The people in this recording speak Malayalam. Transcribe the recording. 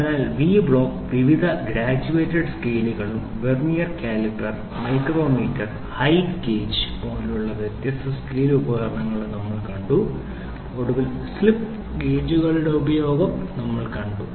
അതിനാൽ വി ബ്ലോക്ക് വിവിധ ഗ്രാജുവേറ്റഡ് സ്കെയിലുകളും vernier caliper micrometer height gauge Vernier caliper micrometer height gauge പോലുള്ള വ്യത്യസ്ത സ്കെയിൽ ഉപകരണങ്ങളും നമ്മൾ കണ്ടു ഒടുവിൽ സ്ലിപ്പ് ഗേജുകളുടെ ഉപയോഗം നമ്മൾ കണ്ടു